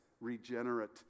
regenerate